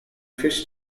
fish